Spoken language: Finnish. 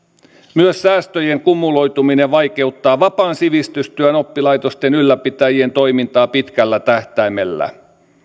myös säästöjen kumuloituminen vaikeuttaa vapaan sivistystyön oppilaitosten ylläpitäjien toimintaa pitkällä tähtäimellä